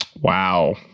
Wow